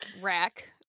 Rack